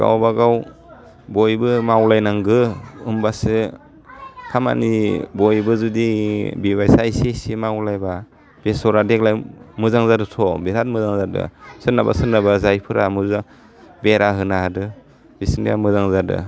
गावबागाव बयबो मावलाय नांगो होमबासो खामानि बयबो जुदि बेबायसा इसे इसे मावलायबा बेस'रा देग्लाइ मोजां जादोंथ' बिराद मोजां जादो सोरनाबा सोरनाबा जायैफ्रा मोजा बेरा होनो हादो बिसिनिया मोजां जादो